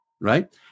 right